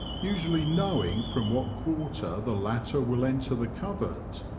usually knowing from what quarter the latter will enter the covert,